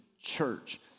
church